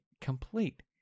complete